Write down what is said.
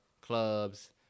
clubs